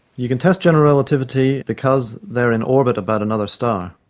you can test general relativity because they are in orbit about another star.